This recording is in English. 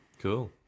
Cool